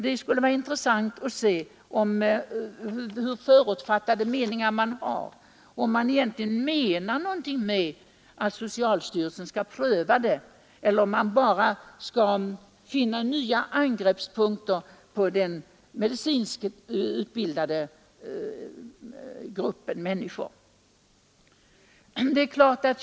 Det skulle vara intressant att få veta hur förutfattade meningar man har. Menar man egentligen någonting med att socialstyrelsen skall pröva denna sak eller vill man bara finna nya angreppspunkter på de människor som har medicinsk utbildning?